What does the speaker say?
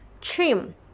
trim